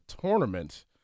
tournament